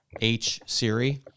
H-Siri